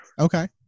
okay